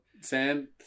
sam